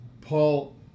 Paul